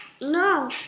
No